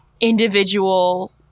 individual